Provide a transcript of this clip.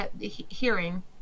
hearing